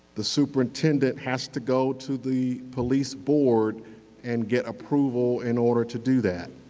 the superintendent has to go to the police board and get approval in order to do that.